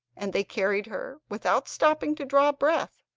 and they carried her, without stopping to draw breath,